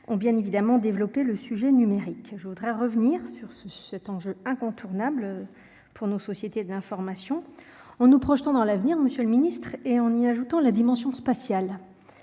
ont bien évidemment développer le sujet numérique, je voudrais revenir sur ce cet enjeu incontournable pour nos sociétés d'information on nous projetons dans l'avenir, Monsieur le Ministre et en y ajoutant la dimension spatiale